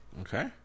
Okay